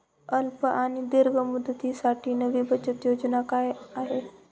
अल्प आणि दीर्घ मुदतीसाठी नवी बचत योजना काय आहे?